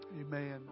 Amen